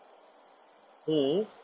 ছাত্র ছাত্রীঃ সময় ০১৪৬